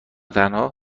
تنها